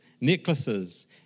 necklaces